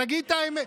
תגיד את האמת.